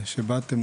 שבאתם.